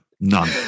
None